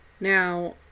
Now